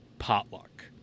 Potluck